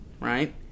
right